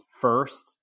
first